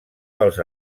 dels